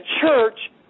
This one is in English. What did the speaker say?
church